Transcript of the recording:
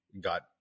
got